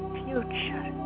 future